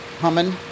humming